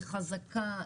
היא חזקה,